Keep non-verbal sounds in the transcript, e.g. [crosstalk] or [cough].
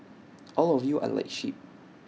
[noise] all of you are like sheep